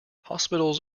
hospitals